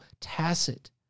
tacit